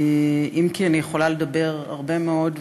אם כי אני יכולה לדבר הרבה מאוד,